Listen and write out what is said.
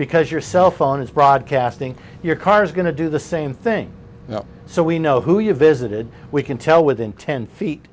because your cell phone is broadcasting your car is going to do the same thing so we know who you visited we can tell within ten feet